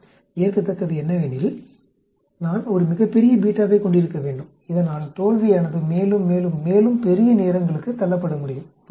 ஏற்கத்தக்கது என்னவெனில் நான் ஒரு மிகப் பெரிய வைக் கொண்டிருக்க வேண்டும் இதனால் தோல்வியானது மேலும் மேலும் மேலும் பெரிய நேரங்களுக்கு தள்ளப்பட முடியும் புரிகிறதா